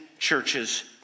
churches